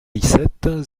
licette